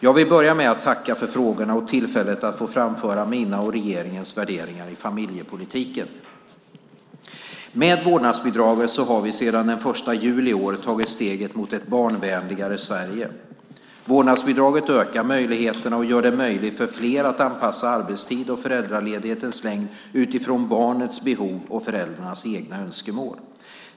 Jag vill börja med att tacka för frågorna och för tillfället att få framföra mina och regeringens värderingar i familjepolitiken. Med vårdnadsbidraget har vi sedan den 1 juli i år tagit steget mot ett barnvänligare Sverige. Vårdnadsbidraget ökar valmöjligheterna och gör det möjligt för fler att anpassa arbetstid och föräldraledighetens längd utifrån barnets behov och föräldrarnas egna önskemål.